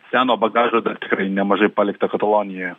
seno bagažo dar tikrai nemažai palikta katalonijoje